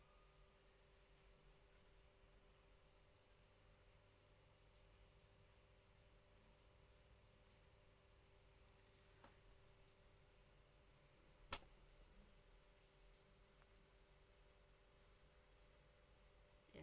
ya